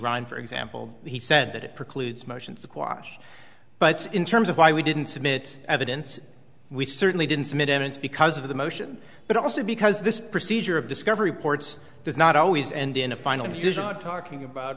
run for example he said that it precludes motion squash but in terms of why we didn't submit evidence we certainly didn't submit and it's because of the motion but also because this procedure of discovery ports does not always end in a final decision not talking about